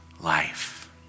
life